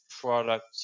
product